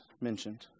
mentioned